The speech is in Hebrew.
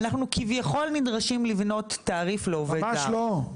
אנחנו כביכול נדרשים לבנות תעריף לעובד זר.